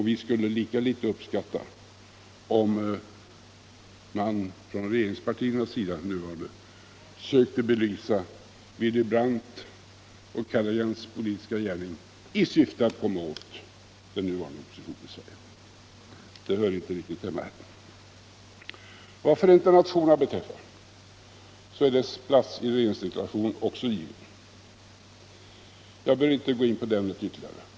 Vi skulle lika litet uppskatta om man från de nuvarande regeringspartiernas sida sökte belysa Willy Brandts och Callaghans politiska gärning i syfte att komma åt den nya oppositionen i Sverige. Sådant hör inte riktigt hemma här. Vad Förenta nationerna beträffar är dess plats i regeringsdeklarationen också given. Jag behöver inte gå in på detta ytterligare.